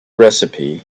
recipe